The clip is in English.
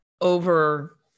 over